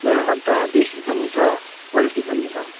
मेरोमा त देशी पनि छ पोल्ट्री पनि छ